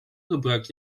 gebruik